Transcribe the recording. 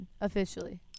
officially